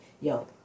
yo